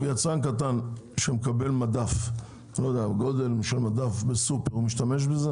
יצרן קטן שמקבל מדף בסופר משתמש בו?